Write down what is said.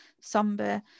somber